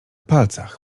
palcach